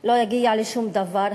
לא יגיע לשום דבר,